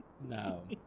No